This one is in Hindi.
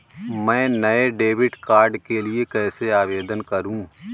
मैं नए डेबिट कार्ड के लिए कैसे आवेदन करूं?